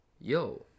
yo